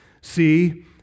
see